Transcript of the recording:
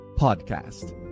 podcast